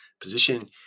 position